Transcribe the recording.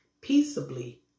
peaceably